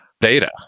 Data